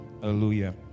Hallelujah